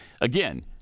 Again